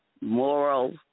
moral